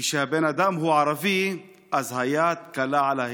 כשהבן אדם הוא ערבי אז היד קלה על ההדק.